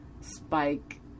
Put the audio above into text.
Spike